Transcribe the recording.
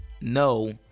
no